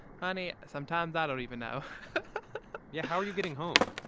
honey, sometimes i don't even now yeah, how are you getting home?